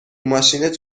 ماشینت